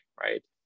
right